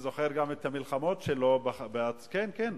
אני זוכר גם את המלחמות שלו, כן, כן.